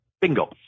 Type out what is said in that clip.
bingo